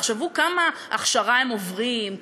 תחשבו כמה הכשרה הם עוברים,